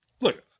Look